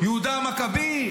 יהודה המכבי?